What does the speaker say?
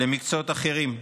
למקצועות אחרים.